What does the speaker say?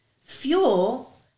fuel